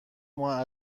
ماه